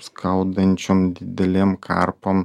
skaudančiom didelėm karpom